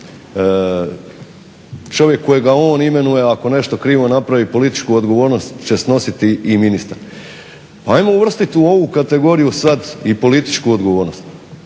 čovjek kojega on imenuje ako nešto krivo napravi političku odgovornost će snositi i ministar. Ajmo uvrstiti u ovu kategoriju sad i političku odgovornost.